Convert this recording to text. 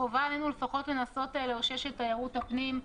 חובה עלינו לפחות לנסות לאושש את תיירות הפנים.